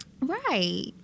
right